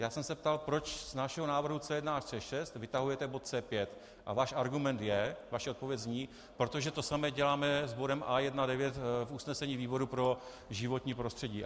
Já jsem se ptal, proč z našeho návrhu C1 až C6 vytahujete bod C5, a váš argument je, vaše odpověď zní: Protože to samé děláme s bodem A1.9 v usnesení výboru pro životní prostředí.